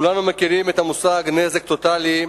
כולנו מכירים את המושג "נזק טוטלי"